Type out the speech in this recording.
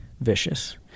vicious